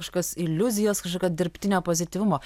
kažkokios iliuzijos kažkokio dirbtinio pozityvumo